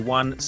one